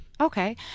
Okay